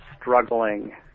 struggling